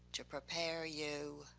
to prepare you.